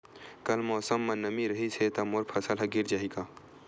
कल मौसम म नमी रहिस हे त मोर फसल ह गिर जाही का?